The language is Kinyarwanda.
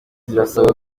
zirasabwa